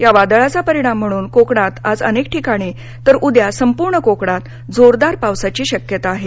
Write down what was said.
या वादळाचा परिणाम म्हणून कोकणात आज अनेक ठिकाणी तर उद्या संपूर्ण कोकणात जोरदार पावसाची शक्यता आहे